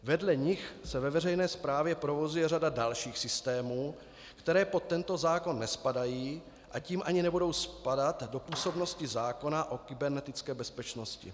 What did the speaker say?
Vedle nich se ve veřejné správě provozuje řada dalších systémů, které pod tento zákon nespadají, a tím ani nebudou spadat do působnosti zákona o kybernetické bezpečnosti.